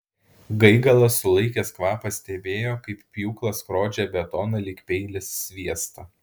gaigalas sulaikęs kvapą stebėjo kaip pjūklas skrodžia betoną lyg peilis sviestą